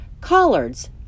Collards